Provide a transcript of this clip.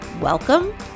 Welcome